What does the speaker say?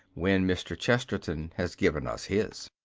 when mr. chesterton has given us his.